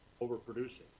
overproducing